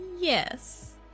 Yes